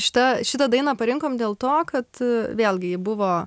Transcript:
šita šitą dainą parinkom dėl to kad vėlgi ji buvo